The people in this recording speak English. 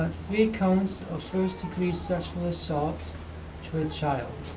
three counts of first degree sexual assault to a child.